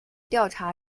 调查